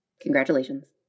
Congratulations